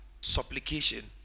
supplication